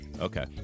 Okay